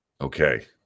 Okay